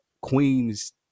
queen's